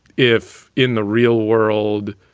if in the real world.